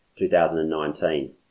2019